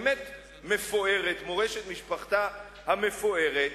המפוארת באמת, מורשת משפחתה המפוארת,